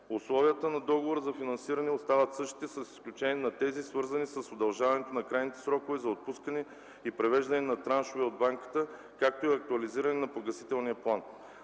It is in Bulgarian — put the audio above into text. Условията на Договора за финансиране остават същите, с изключение на тези, свързани с удължаването на крайните срокове за отпускане и превеждане на траншове от банката, както и актуализиране на погасителния план.